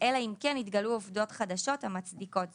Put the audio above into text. אלא אם כן התגלו עובדות חדשות המצדיקות זאת.